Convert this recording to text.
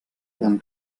quan